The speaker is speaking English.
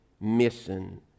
missing